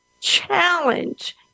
challenge